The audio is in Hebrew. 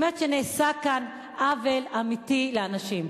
זאת אומרת שנעשה כאן עוול אמיתי לאנשים.